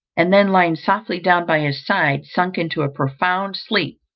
and then, lying softly down by his side, sunk into a profound sleep,